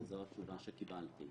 וזו התשובה שקיבלתי,